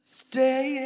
stay